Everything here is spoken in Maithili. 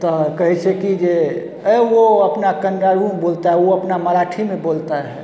तऽ कहै छै कि जे अए वो अपना कङ्गारू में बोलता है वो अपना मराठी में बोलता है